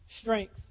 strength